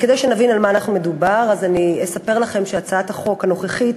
כדי שנבין על מה מדובר אני אספר לכם שהצעת החוק הנוכחית